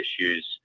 issues